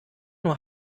nur